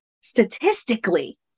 statistically